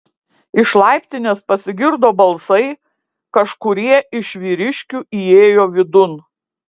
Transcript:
iš laiptinės pasigirdo balsai kažkurie iš vyriškių įėjo vidun